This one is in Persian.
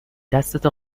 دستتو